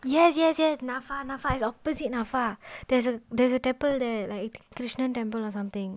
yes yes yes NAFA NAFA it's opposite NAFA there is there is a temple there like krishna temple or something